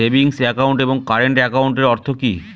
Savings account এবং current একাউন্টের অর্থ কি?